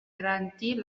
garantir